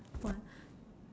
one